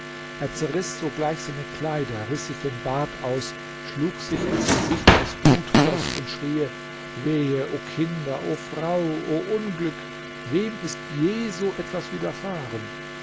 er zerriß sogleich seine kleider riß sich den bart aus schlug sich ins gesicht bis blut floß und schrie wehe o kinder o frau o unglück wem ist je so etwas widerfahren